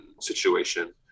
situation